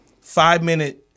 five-minute